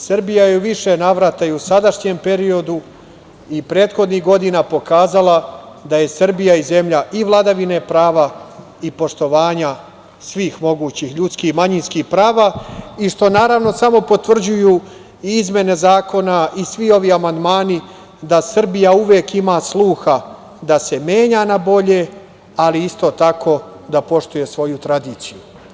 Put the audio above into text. Srbija je u više navrata i u sadašnjem periodu i prethodnih godina pokazala da je Srbija i zemlja i vladavine prava i poštovanja svih mogućih ljudskih i manjinskih prava, i što, naravno, samo potvrđuju izmene zakona i svi ovi amandmani da Srbija uvek ima sluha da se menja na bolje, ali isto tako, da poštuje svoju tradiciju.